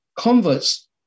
Converts